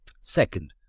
Second